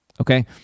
Okay